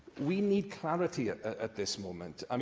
we need clarity at this moment. um